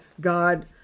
God